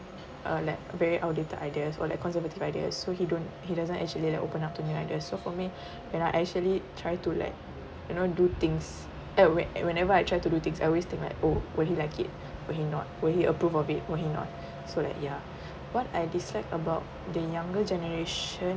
uh like very outdated ideas or like conservative ideas so he don't he doesn't actually like open up to me I guess so for me when I actually tried to like you know do things at where whenever I try to do things I always think like oh will he like it will he not will he approve of it will he not so like yeah what I dislike about the younger generation